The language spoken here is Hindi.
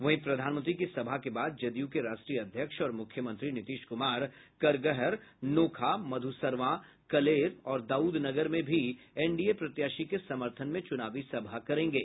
वहीं प्रधानमंत्री की सभा के बाद जदयू के राष्ट्रीय अध्यक्ष और मुख्यमंत्री नीतीश कुमार करगहर नोखा मधुसरवां कलेर और दाउदनगर में भी एनडीए प्रत्याशी के समर्थन में चुनावी सभा करेंगे